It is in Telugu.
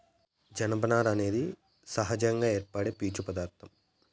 జనపనార అనేది సహజంగా ఏర్పడే పీచు పదార్ధం